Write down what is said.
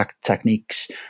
techniques